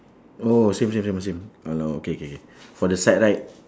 oh same same same same oh okay K K for the side right